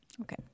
Okay